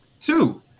Two